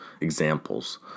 examples